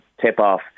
tip-off